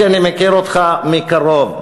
אני מכיר אותך מקרוב,